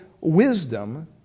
wisdom